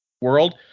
world